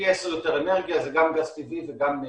פי עשרה יותר אנרגיה, זה גם גז טבעי וגם נפט.